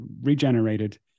regenerated